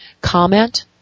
comment